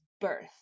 birth